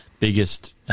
Biggest